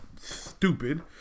stupid